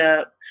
up